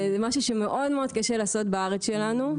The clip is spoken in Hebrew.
זה משהו שמאוד-מאוד קשה לעשות בארץ שלנו.